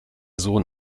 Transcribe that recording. sohn